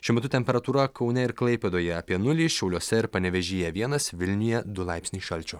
šiuo metu temperatūra kaune ir klaipėdoje apie nulį šiauliuose ir panevėžyje vienas vilniuje du laipsniai šalčio